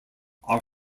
are